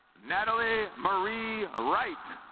natalie murray ah right